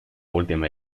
última